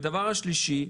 והדבר השלישי,